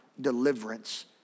deliverance